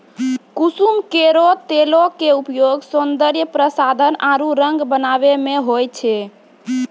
कुसुम केरो तेलो क उपयोग सौंदर्य प्रसाधन आरु रंग बनावै म होय छै